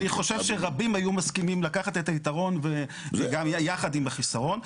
אני חושב שרבים היו מסכימים לקחת את היתרון וגם יחד עם החיסרון.